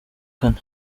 kane